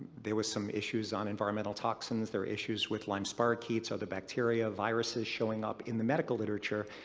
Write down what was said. there were some issues on environmental toxins. there issues with lyme spirochetes, other bacteria, viruses showing up in the medical literature,